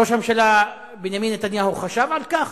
ראש הממשלה, בנימין נתניהו, חשב על כך?